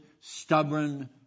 stubborn